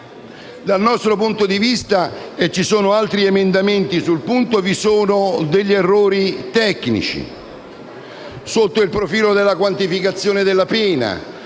Dal nostro punto di vista - e sono stati presentati altri emendamenti sul punto - vi sono degli errori tecnici sotto il profilo della quantificazione della pena